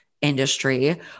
industry